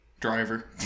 Driver